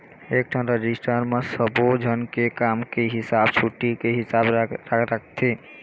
एकठन रजिस्टर म सब्बो झन के काम के हिसाब, छुट्टी के हिसाब राखथे